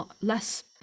less